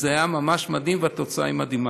זה היה ממש מדהים, והתוצאה היא מדהימה.